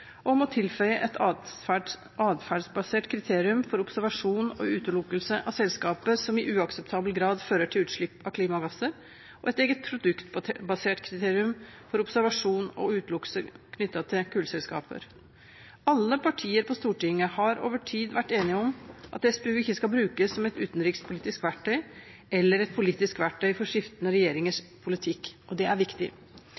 om å tilføye et adferdsbasert kriterium for observasjon og utelukkelse av selskaper som i uakseptabel grad fører til utslipp av klimagasser, og et eget produktbasert kriterium for observasjon og utelukkelser knyttet til kullselskaper. Alle partier på Stortinget har over tid vært enige om at SPU ikke skal brukes som et utenrikspolitisk verktøy eller et politisk verktøy for skiftende regjeringers politikk, og det er viktig.